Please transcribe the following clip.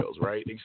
right